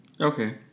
okay